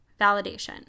validation